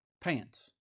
pants